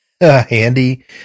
handy